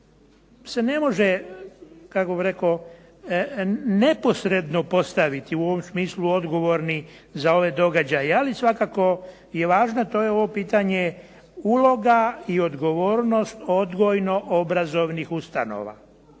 se ne može kako bih rekao neposredno postaviti u ovom smislu odgovornih za ove događaje, ali svakako je važno to je ovo pitanje uloga i odgovornost odgojno obrazovnih ustanova.